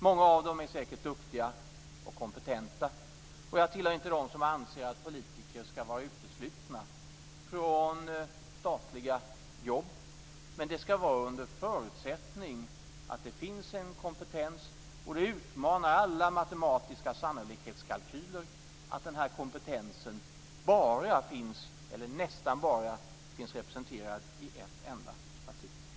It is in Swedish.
Många av dem är säkert duktiga och kompetenta, och jag tillhör inte dem som anser att politiker skall vara uteslutna från statliga jobb. Men det skall vara under förutsättning att det finns en kompetens, och det utmanar alla matematiska sannolikhetskalkyler att denna kompetens bara, eller nästan bara, finns representerad i ett enda parti.